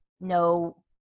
no